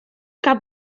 que